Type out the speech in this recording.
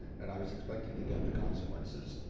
and i was expecting to get the consequences.